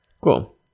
Cool